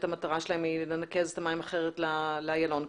המטרה שלהן היא לנקז את המים אחרת לאיילון,